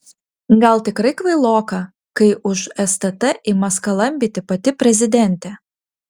gal tikrai kvailoka kai už stt ima skalambyti pati prezidentė